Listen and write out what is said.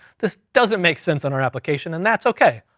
this doesn't make sense on our application, and that's okay.